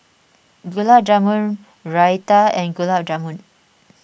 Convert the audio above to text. Gulab Jamun Raita and Gulab Jamun